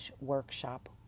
workshop